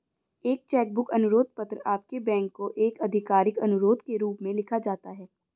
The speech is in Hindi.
एक चेक बुक अनुरोध पत्र आपके बैंक को एक आधिकारिक अनुरोध के रूप में लिखा जाता है